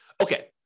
Okay